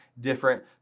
different